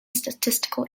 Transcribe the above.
statistical